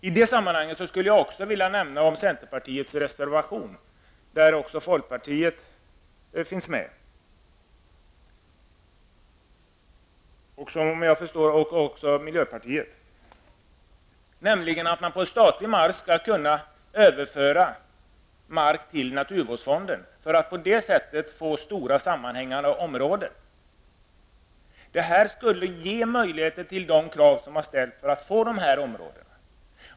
I det här sammanhanget skulle jag vilja nämna centerpartiets reservation, där även folkpartiet och miljöpartiet finns med. Den gäller att från statlig mark kunna överföra mark till naturvårdsfonden för att på det sättet skapa stora sammanhängande områden. Det skulle ge möjligheter att uppfylla de krav som har ställts på att skapa dessa områden.